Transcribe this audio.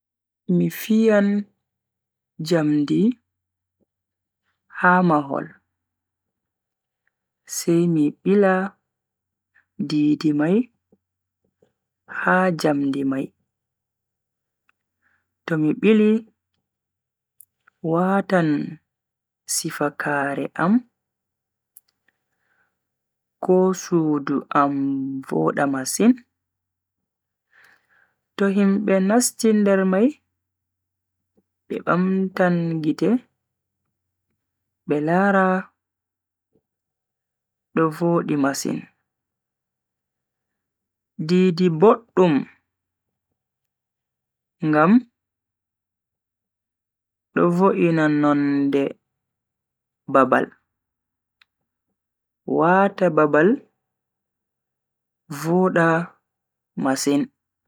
Mi fiyan jamdi ha mahol, sai mi bila di-di mai ha jamdi mai. To mi bili watan sifakaare am ko sudu am voda masin, to himbe nasti nder mai be bamtan gite be lara do vodi masin. Di-di boddum ngam do voina nonde babal wata babal voda masin.